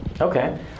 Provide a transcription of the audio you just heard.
Okay